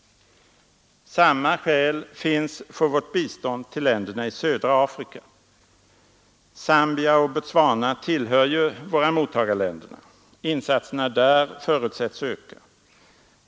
Samma skäl finns för vårt bistånd till länderna i södra Afrika. Zambia och Botswana tillhör ju våra mottagarländer, insatserna där förutsättes öka.